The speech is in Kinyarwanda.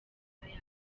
yabo